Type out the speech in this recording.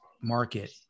market